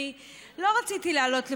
אני לא רציתי לעלות לפה,